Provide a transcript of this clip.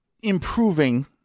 improving